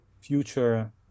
future